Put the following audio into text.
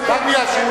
חד-משמעי.